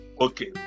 Okay